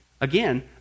again